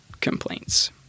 complaints